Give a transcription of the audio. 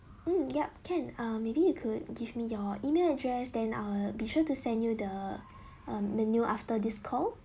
um yup can ah maybe you could give me your email address then I'll be sure to send you the uh menu after this call